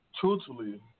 Truthfully